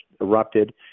erupted